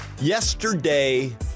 Yesterday